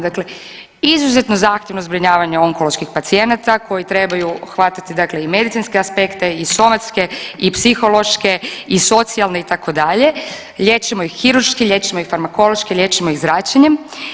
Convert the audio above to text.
Dakle, izuzetno zahtjevno zbrinjavanje onkoloških pacijenata koji trebaju hvatati dakle i medicinske aspekte i somatske i psihološke i socijalne itd., liječimo ih kirurški, liječimo ih farmakološki, liječimo ih zračenjem.